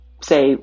say